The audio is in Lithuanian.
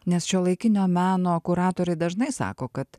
nes šiuolaikinio meno kuratoriai dažnai sako kad